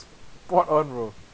spot on bro